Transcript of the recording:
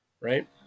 right